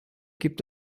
gibt